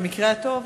במקרה הטוב,